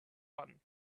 one